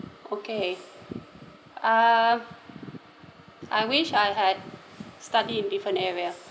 okay uh I wish I had study in different areas